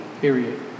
period